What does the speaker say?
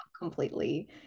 completely